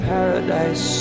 Paradise